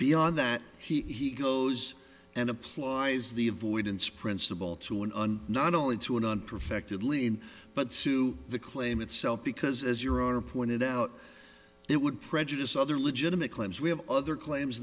beyond that he goes and applies the avoidance principle to an un not only to a non perfected lien but to the claim itself because as your honor pointed out it would prejudice other legitimate claims we have other claims